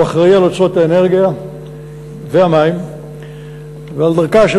הוא אחראי לאוצרות האנרגיה והמים ולדרכה של